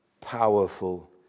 powerful